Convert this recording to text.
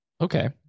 okay